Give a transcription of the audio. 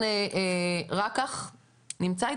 רון רקח נמצא?